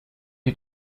you